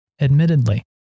Admittedly